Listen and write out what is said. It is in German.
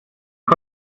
mit